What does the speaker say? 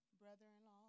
brother-in-law